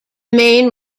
main